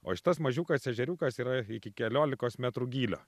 o šitas mažiukas ežeriukas yra iki keliolikos metrų gylio